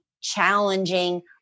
challenging